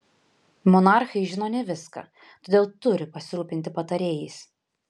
monarchai žino ne viską todėl turi pasirūpinti patarėjais